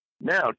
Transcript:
Now